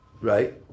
right